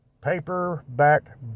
Paperback